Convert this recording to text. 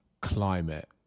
climate